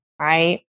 right